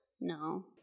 No